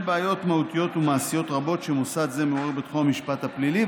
בעיות מהותיות ומעשיות רבות שמוסד זה מעורר בתחום המשפט הפלילי,